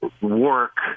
work